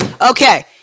Okay